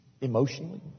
emotionally